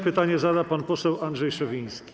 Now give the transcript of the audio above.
Pytanie zada pan poseł Andrzej Szewiński.